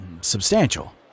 substantial